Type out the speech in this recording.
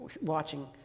watching